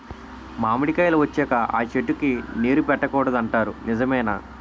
మామిడికాయలు వచ్చాక అ చెట్టుకి నీరు పెట్టకూడదు అంటారు నిజమేనా?